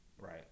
Right